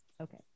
Okay